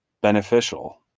beneficial